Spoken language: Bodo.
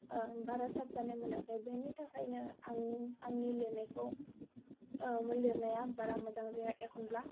बारा साबजानाय मोनाखै बेनि थाखायनो आं आंनि लिरनायखौ लिरनाया बारा मोजां जाया एखनब्ला